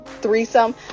threesome